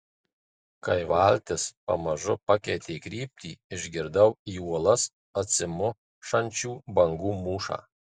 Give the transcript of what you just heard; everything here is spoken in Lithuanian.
kai valtis pamažu pakeitė kryptį išgirdau į uolas atsimušančių bangų mūšą